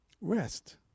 Rest